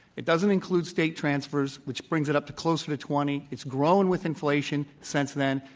it doesn't include state transfers, which brings it up to closer to twenty. it's grown with inflation since then.